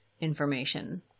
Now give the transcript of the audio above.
information